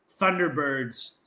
Thunderbirds